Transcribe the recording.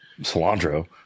cilantro